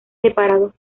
separados